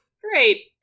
Great